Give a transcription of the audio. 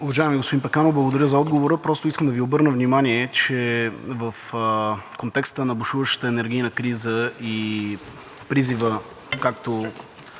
Уважаеми господин Пеканов, благодаря за отговора. Просто искам да Ви обърна внимание, че в контекста на бушуващата енергийна криза и призива както